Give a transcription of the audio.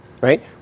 right